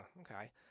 Okay